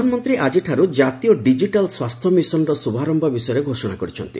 ପ୍ରଧାନମନ୍ତ୍ରୀ ଆଜିଠାରୁ ଜାତୀୟ ଡିକିଟାଲ ସ୍ୱାସ୍ଥ୍ୟ ମିଶନର ଶୁଭାରମ୍ଭ ବିଷୟରେ ଘୋଷଣା କରିଛନ୍ତି